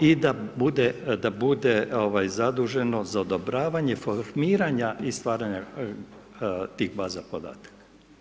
I da bude zaduženo za odobravanje formiranja i stvaranja tih baza podataka.